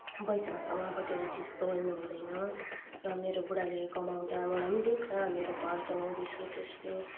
पैसासँग कतिवटा चिज तौलनु हुँदैन र मेरो बुढाले कमाउँदा मलाई पनि दिन्छ मेरो घर चलाउँदैछु त्यसले